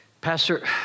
pastor